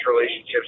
relationships